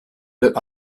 that